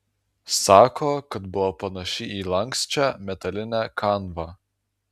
sako kad buvo panaši į lanksčią metalinę kanvą